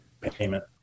payment